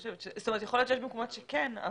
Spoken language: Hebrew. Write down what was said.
יכול להיות שיש מקומות שכן,